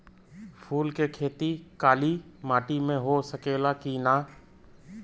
फूल के खेती काली माटी में हो सकेला की ना?